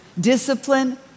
Discipline